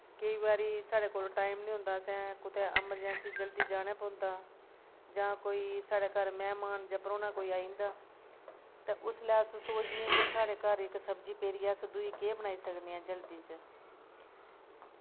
केंई बारी साड़े कोल टाईम नी होंदा असैं कुतै अमरजैंसी जल्दी जाना पौंदा जां साढ़ै घर कोई मैह्मान जां परौना आई जंदा उसलै अस सोचने कि साढ़ै घर इस सब्जी पेदी ऐ अस दूई केह् बनाई सकने आं जल्दी च